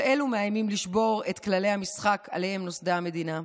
כל אלו מאיימים לשבור את כללי המשחק שעליהם נוסדה המדינה.